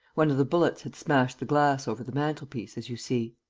one of the bullets had smashed the glass over the mantel-piece, as you see.